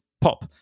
pop